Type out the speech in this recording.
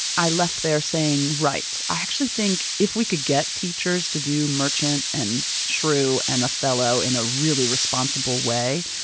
i left there saying, right. i actually think if we could get teachers to do merchant and shrew and othello in a really responsible way,